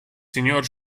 signor